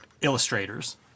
illustrators